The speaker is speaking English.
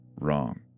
Wrong